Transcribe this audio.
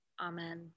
Amen